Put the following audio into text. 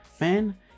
Man